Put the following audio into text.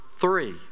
three